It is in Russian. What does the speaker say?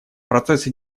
процессы